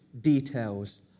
details